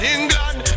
England